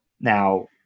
Now